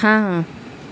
ہاں